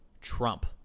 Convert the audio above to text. Trump